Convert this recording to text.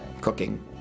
cooking